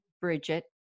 Bridget